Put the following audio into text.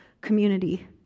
community